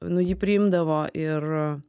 nu jį priimdavo ir